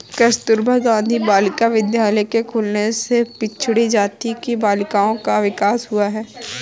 कस्तूरबा गाँधी बालिका विद्यालय के खुलने से पिछड़ी जाति की बालिकाओं का विकास हुआ है